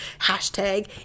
hashtag